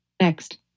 Next